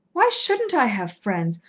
why shouldn't i have friends.